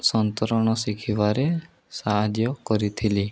ସନ୍ତରଣ ଶିଖିବାରେ ସାହାଯ୍ୟ କରିଥିଲି